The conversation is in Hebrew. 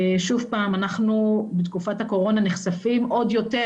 שוב פעם, אנחנו בתקופת הקורונה נחשפים עוד יותר